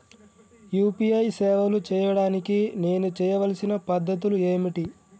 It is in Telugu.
యూ.పీ.ఐ సేవలు చేయడానికి నేను చేయవలసిన పద్ధతులు ఏమిటి?